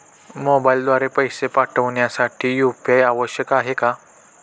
मोबाईलद्वारे पैसे पाठवण्यासाठी यू.पी.आय आवश्यक आहे का?